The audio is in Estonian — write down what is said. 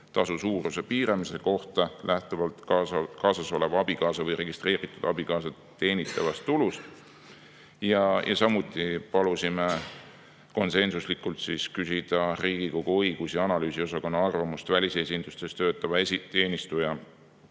tasu suuruse piiramise kohta lähtuvalt kaasasoleva abikaasa või registreeritud [elukaaslase] teenitavast tulust. Samuti otsustasime konsensuslikult küsida Riigikogu õigus- ja analüüsiosakonna arvamust välisesinduses töötava teenistuja